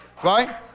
right